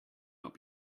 not